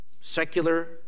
secular